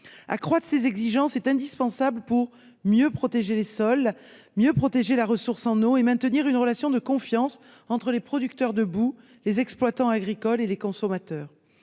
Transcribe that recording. d'accroître ces exigences pour mieux protéger les sols, mieux protéger la ressource en eau et maintenir une relation de confiance entre les producteurs de boues, les exploitants agricoles et les consommateurs.